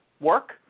work